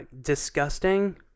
disgusting